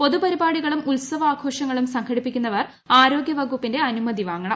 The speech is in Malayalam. പൊതുപരിപാടികളും ഉത്സവാഘോഷങ്ങളും സംഘടിപ്പിക്കുന്നവർ ആരോഗ്യവകുപ്പിന്റെ അനുമതി വാങ്ങണം